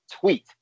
tweet